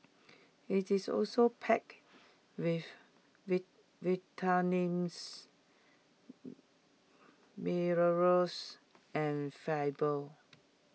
IT is also packed with vitamins minerals and fibre